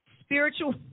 Spiritual